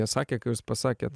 jie sakė kai jūs pasakėt